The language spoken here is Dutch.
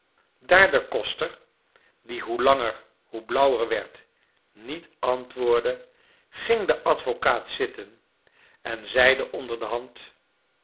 daar de koster die hoe langer hoe blauwer werd niet antwoordde ging de advocaat zitten en zeide onder de hand